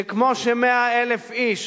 שכמו ש-100,000 איש,